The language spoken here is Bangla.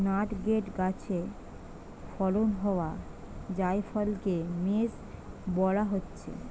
নাটমেগ গাছে ফলন হোয়া জায়ফলকে মেস বোলা হচ্ছে